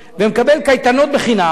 ומקבל קייטנות בחינם,